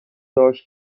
داشت